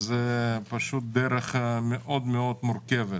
זו דרך מאוד מאוד מורכבת.